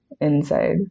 inside